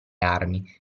armi